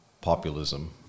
populism